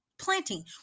Planting